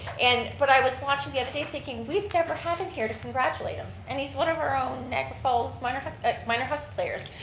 and but i was watching the other day thinking, we've never had him here to congratulate him. and he's one of our own niagara falls minor minor hockey players.